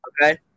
okay